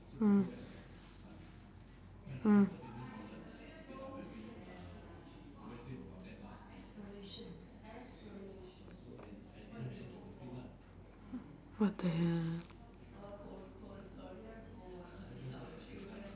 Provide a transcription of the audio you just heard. mm mm what the hell